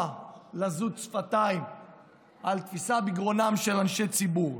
לזות שפתיים על תפיסה בגרונם של אנשי ציבור,